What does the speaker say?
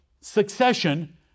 succession